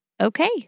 okay